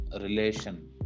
relation